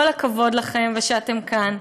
כל הכבוד לכן שאתן כאן.